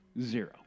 Zero